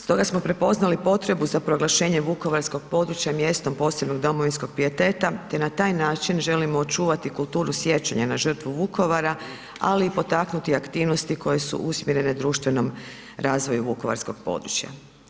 Stoga smo prepoznali potrebu za proglašenje vukovarskog područja mjestom posebnog domovinskog pijeteta te na taj način želimo očuvati kulturu sjećanja na žrtvu Vukovara, ali i potaknuti aktivnosti koje su usmjerene društvenom razvoju vukovarskog područja.